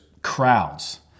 crowds